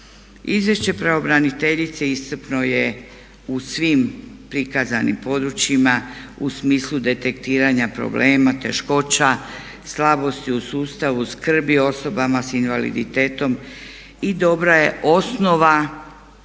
Izvješće pravobraniteljice iscrpno je u svim prikazanim područjima u smislu detektiranja problema, teškoća, slabosti u sustavu skrbi o osobama s invaliditetom i dobra je osnova